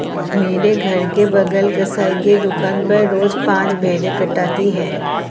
मेरे घर के बगल कसाई की दुकान पर रोज पांच भेड़ें कटाती है